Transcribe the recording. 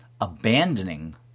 abandoning